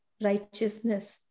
righteousness